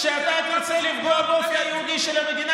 כשאתה תרצה לפגוע באופי היהודי של המדינה,